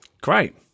Great